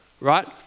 right